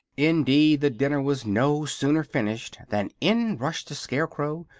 indeed, the dinner was no sooner finished than in rushed the scarecrow,